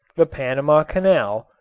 the panama canal,